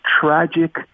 tragic